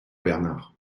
bernard